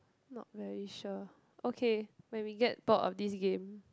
not very sure okay when we get bored of this game